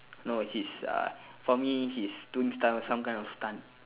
no he's uh for me he's doing stunt some kind of stunt